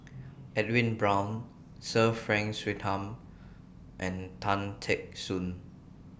Edwin Brown Sir Frank Swettenham and Tan Teck Soon